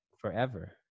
forever